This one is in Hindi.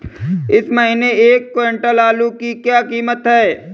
इस महीने एक क्विंटल आलू की क्या कीमत है?